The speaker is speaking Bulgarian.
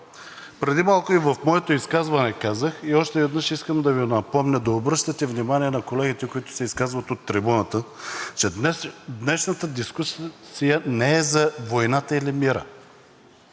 преди малко в моето изказване казах – и още веднъж искам да Ви напомня да обръщате внимание на колегите, които се изказват от трибуната, че днешната дискусия не е за войната или мира.